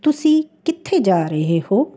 ਤੁਸੀਂ ਕਿੱਥੇ ਜਾ ਰਹੇ ਹੋ